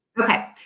Okay